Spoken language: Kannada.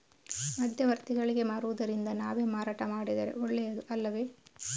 ಮಧ್ಯವರ್ತಿಗಳಿಗೆ ಮಾರುವುದಿಂದ ನಾವೇ ಮಾರಾಟ ಮಾಡಿದರೆ ಒಳ್ಳೆಯದು ಅಲ್ಲವೇ?